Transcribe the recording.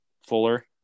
Fuller